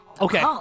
Okay